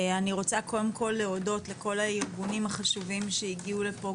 אני רוצה קודם כל להודות לכל הארגונים החשובים שהגיעו לפה,